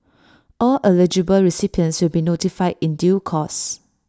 all eligible recipients will be notified in due course